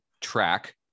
track